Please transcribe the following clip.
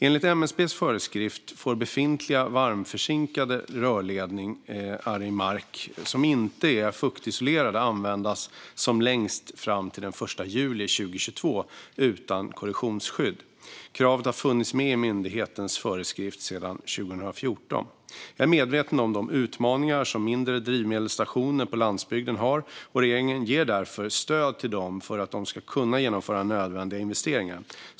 Enligt MSB:s föreskrift får befintliga varmförzinkade rörledningar i mark som inte är fuktisolerade användas som längst fram till den 1 juli 2022 utan korrossionsskydd. Kravet har funnits med i myndighetens föreskrift sedan 2014. Jag är medveten om de utmaningar som mindre drivmedelsstationer på landsbygden har, och regeringen ger därför stöd till dem för att de ska kunna genomföra nödvändiga investeringar.